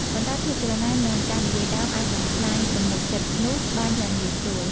ប៉ុន្តែភាពច្រណែន និងការនិយាយដើមអាចបំផ្លាញទំនុកចិត្តនោះបានយ៉ាងងាយស្រួល។